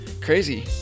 Crazy